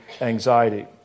anxiety